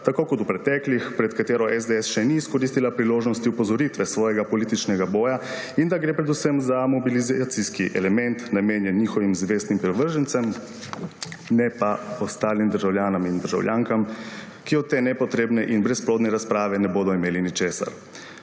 tako kot v preteklih, pred katero SDS še ni izkoristila priložnosti opozoritve svojega političnega boja, in da gre predvsem za mobilizacijski element, namenjenim njihovim zvestim privržencem, ne pa ostalim državljanom in državljankam, ki od te nepotrebne in brezplodne razprave ne bodo imeli ničesar.